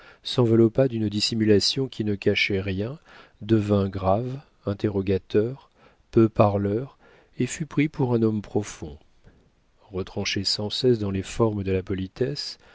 s'enveloppa d'une dissimulation qui ne cachait rien devint grave interrogateur peu parleur et fut pris pour un homme profond retranché sans cesse dans les formes de la politesse